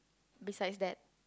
besides that